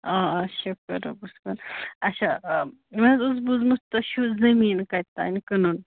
آ آ شُکُر رَبَس کُن اچھا مےٚ حظ اوس بوٗزمُت تۄہہِ چھو زٔمیٖن کَتہِ تام کٕنُن